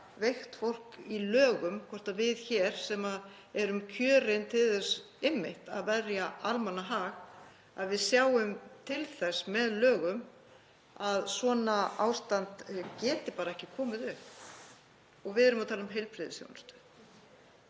veikt fólk í lögum, hvort við hér, sem erum kjörin til þess einmitt að verja almannahag, sjáum til þess með lögum að svona ástand geti bara ekki komið upp. Við erum að tala um heilbrigðisþjónustu